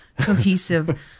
Cohesive